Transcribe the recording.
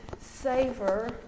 savor